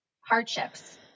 hardships